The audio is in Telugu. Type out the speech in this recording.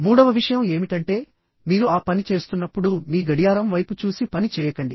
మూడవ విషయం ఏమిటంటే మీరు ఆ పని చేస్తున్నప్పుడు మీ గడియారం వైపు చూసి పని చేయకండి